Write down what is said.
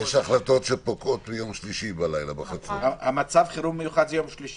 תחלואה המונית ביישובים החרדיים ואנשים מתים.